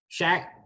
Shaq